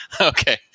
Okay